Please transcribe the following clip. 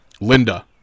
Linda